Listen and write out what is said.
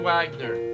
Wagner